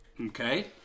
Okay